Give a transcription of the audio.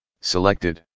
selected